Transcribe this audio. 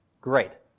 Great